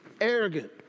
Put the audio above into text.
arrogant